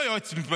לא יועצת משפטית,